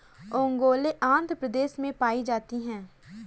ओंगोले आंध्र प्रदेश में पाई जाती है